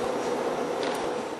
עיבוד ופרסום של נתונים מגדריים),